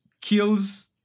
kills